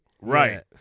Right